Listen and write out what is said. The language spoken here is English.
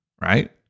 right